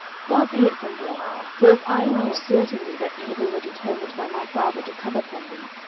far be it from thee for if i knew certainly that evil were determined by my father to come upon thee,